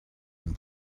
and